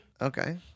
Okay